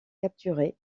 capturé